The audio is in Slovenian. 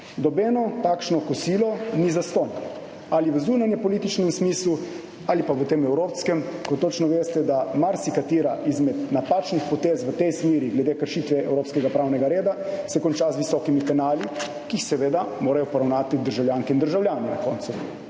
Nobeno takšno kosilo ni zastonj – ali v zunanjepolitičnem smislu ali pa v tem evropskem. Veste, da se marsikatera izmed napačnih potez v tej smeri, glede kršitve evropskega pravnega reda, konča z visokimi penali, ki jih seveda morajo na koncu poravnati državljanke in državljani.